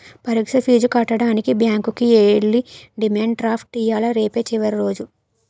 పరీక్ష ఫీజు కట్టడానికి బ్యాంకుకి ఎల్లి డిమాండ్ డ్రాఫ్ట్ తియ్యాల రేపే చివరి రోజు